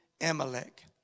Amalek